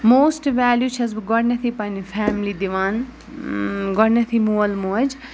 موسٹہٕ value چھَس بہٕ گۄڈنٮ۪تھٕے پنٛنہِ فیملی دِوان گۄڈنٮ۪تھٕے مول موج